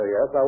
Yes